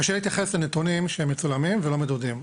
קשה מאוד להתייחס לנתונים שהם מצולמים ולא מדודים.